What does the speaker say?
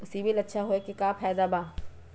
CIBIL अच्छा होऐ से का फायदा बा?